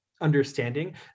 understanding